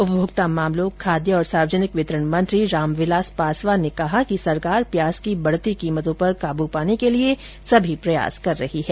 उपभोक्ता मामलों खाद्य और सार्वजनिक वितरण मंत्री रामविलास पासवान ने कहा है कि सरकार प्याज की बढ़ती कीमतों पर काबू पाने के सभी प्रयास कर रही है